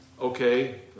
okay